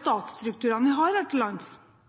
statsstrukturene – la oss kalle det det – vi har